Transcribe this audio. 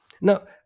Now